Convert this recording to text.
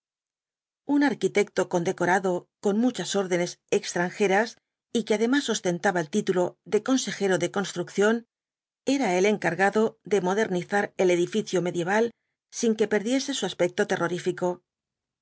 un arquitecto condecorado con itnuchas órdenes extranjeras y que además ostentaba el título de consejero de construcción era el encargado de modernizar el edificio medioeval sin que perdiese su aspecto terrorífico